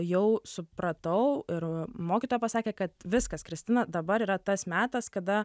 jau supratau ir mokytoja pasakė kad viskas kristina dabar yra tas metas kada